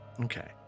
okay